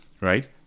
right